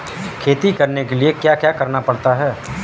खेती करने के लिए क्या क्या करना पड़ता है?